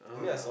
uh